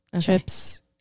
Chips